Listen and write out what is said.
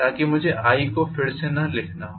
ताकि मुझे i को फिर से ना लिखना हो